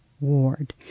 Ward